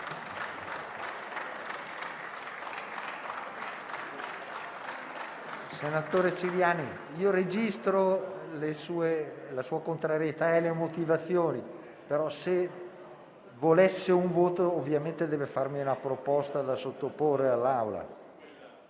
Senatore Ciriani, registro la sua contrarietà e le motivazioni, però, se vuole un voto, deve fare una proposta da sottoporre all'Assemblea.